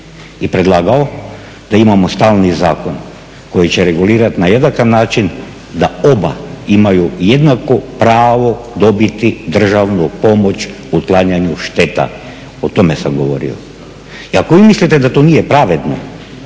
i predlagao da imamo stalni zakon koji će regulirati na jednak način da oba imaju jednako pravo dobiti državnu pomoć u otklanjanju šteta, o tome sam govorio. I ako vi mislite da to nije pravedno,